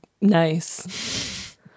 Nice